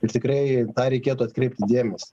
ir tikrai tą reikėtų atkreipti dėmesį